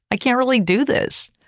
i can't really do this.